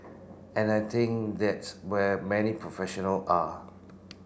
and I think that's where many professional are